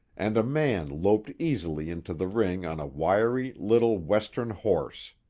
and a man loped easily into the ring on a wiry, little western horse.